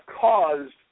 caused